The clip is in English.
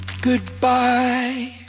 Goodbye